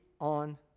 on